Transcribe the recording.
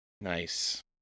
Nice